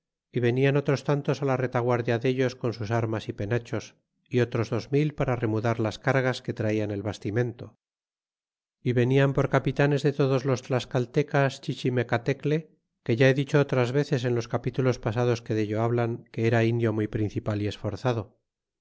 y venian otros tantos la retaguarda dellos con sus armas y penachos y otros dos mil para remudar las cargas que tratan el bastimento y venian por capitanes de todos los tlascaltecas chichimecatecle que ya he dicho otras veces en los capítulos pasados que dello hablan que era indio muy principal y esforzado